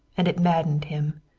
and it maddened him.